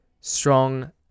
strong